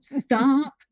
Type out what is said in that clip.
Stop